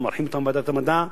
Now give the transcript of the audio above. אנחנו מארחים אותם בוועדת המדע,